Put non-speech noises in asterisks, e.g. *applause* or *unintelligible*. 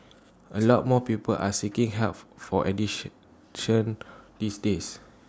*noise* A lot more people are seeking help for *unintelligible* these days